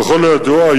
ככל הידוע,